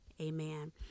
Amen